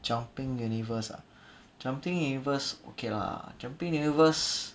jumping universe ah jumping universe okay lah jumping universe